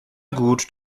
gut